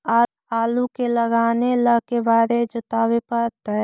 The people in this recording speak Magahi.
आलू के लगाने ल के बारे जोताबे पड़तै?